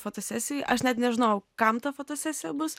fotosesijai aš net nežinojau kam ta fotosesija bus